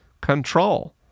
control